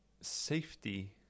safety